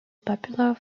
popular